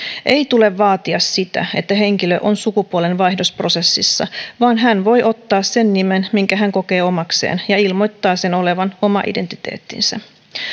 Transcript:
ei tule vaatia sitä että henkilö on sukupuolenvaihdosprosessissa vaan hän voi ottaa sen nimen minkä hän kokee omakseen ja ilmoittaa sen olevan oma identiteettinsä